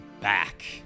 back